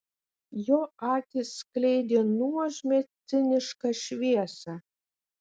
jo akys skleidė nuožmią cinišką šviesą